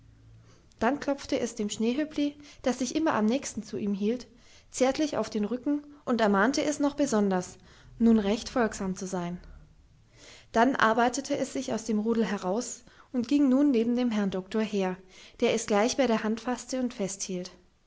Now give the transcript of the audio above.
dann klopfte es dem schneehöppli das sich immer am nächsten zu ihm hielt zärtlich auf den rücken und ermahnte es noch besonders nun recht folgsam zu sein dann arbeitete es sich aus dem rudel heraus und ging nun neben dem herrn doktor her der es gleich bei der hand faßte und festhielt